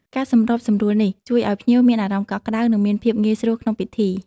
ការសម្របសម្រួលនេះជួយឱ្យភ្ញៀវមានអារម្មណ៍កក់ក្តៅ និងមានភាពងាយស្រួលក្នុងពិធី។